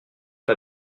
pas